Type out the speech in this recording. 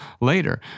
later